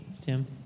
Tim